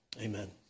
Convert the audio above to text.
Amen